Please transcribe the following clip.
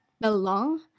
belong